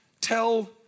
tell